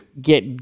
Get